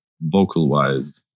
vocal-wise